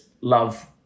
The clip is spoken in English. love